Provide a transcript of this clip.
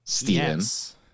Yes